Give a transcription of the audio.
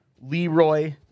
Leroy